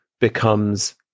becomes